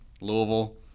Louisville